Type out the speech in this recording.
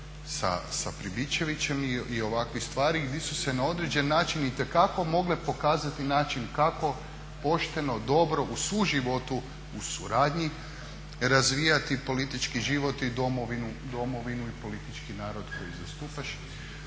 sa Pribičevićem i ovakvih stvari gdje su se na određen način itekako mogle pokazati način kako pošteno, dobro u suživotu u suradnji razvijati politički život i domovinu i politički narod koji zastupaš.